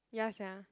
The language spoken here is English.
ya sia